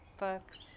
books